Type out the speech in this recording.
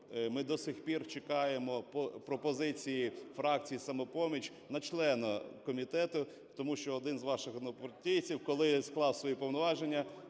ми до сих пір чекаємо пропозиції фракцій "Самопоміч" на члена комітету. Тому що один з ваших однопартійців, коли склав свої повноваження,